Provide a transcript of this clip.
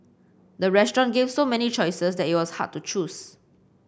the restaurant gave so many choices that it was hard to choose